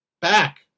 back